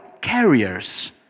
Carriers